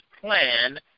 plan